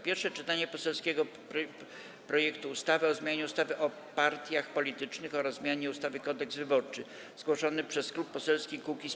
Pierwsze czytanie poselskiego projektu ustawy o zmianie ustawy o partiach politycznych oraz o zmianie ustawy Kodeks wyborczy - zgłoszony przez Klub Poselski Kukiz’15,